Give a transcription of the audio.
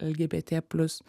lgbt plius